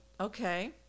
Okay